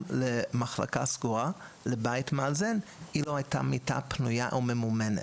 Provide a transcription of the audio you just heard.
למחלקה סגורה אילו הייתה מיטה פנויה או ממומנת.